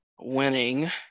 winning